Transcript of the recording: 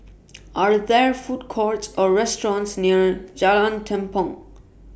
Are There Food Courts Or restaurants near Jalan Tepong